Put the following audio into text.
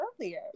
earlier